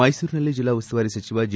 ಮೈಸೂರಿನಲ್ಲಿ ಜಿಲ್ಲಾ ಉಸ್ತುವಾರಿ ಸಚಿವ ಜಿ